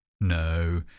No